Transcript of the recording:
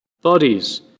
bodies